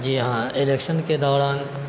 جی ہاں الیکشن کے دوران